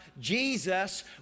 Jesus